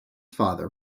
father